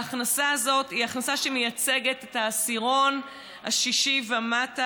ההכנסה הזאת היא הכנסה שמייצגת את העשירון השישי ומטה,